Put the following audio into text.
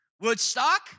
Woodstock